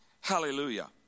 Hallelujah